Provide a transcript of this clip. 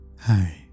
Hi